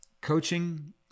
coaching